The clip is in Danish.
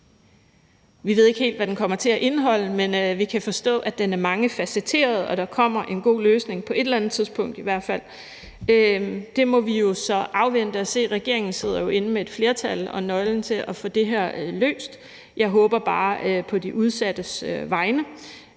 Vi ved ikke helt, hvad den kommer til at indeholde, men vi kan forstå, at den er mangefacetteret, og at der kommer en god løsning – på et eller andet tidspunkt i hvert fald. Det må vi jo så afvente og se. Regeringen sidder jo med et flertal og med nøglen til at få det her løst. Jeg håber bare på de udsattes vegne,